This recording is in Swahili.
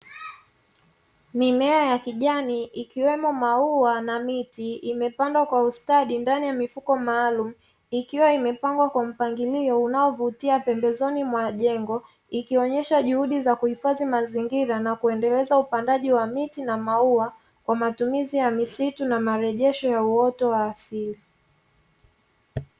Mimea ya kijani ikiwemo maua na miti imepandwa kwa ustadi ndani ya mifuko maalumu, ikiwa imepangwa kwa mpangilio unaovutia pembezoni mwa jengo. Ikionyesha juhudi za utunzaji na uhifadhi wa mazingira na kuendeleza upandaji wa miti na maua kwa matumizi ya misitu na marejesho ya miti na uoto wa asili.